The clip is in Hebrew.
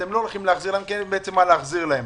אתם לא תחזירו להם כי אין בעצם מה להחזיר להם.